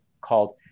called